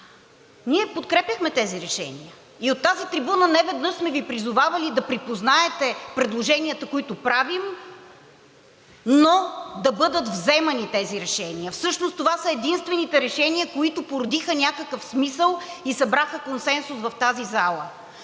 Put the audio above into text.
Ние подкрепяхме тези решения и от тази трибуна неведнъж сме Ви призовавали да припознаете предложенията, които правим, но да бъдат вземани тези решения. Всъщност това са единствените решения, които породиха някакъв смисъл и събраха консенсус в тази зала.